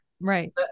Right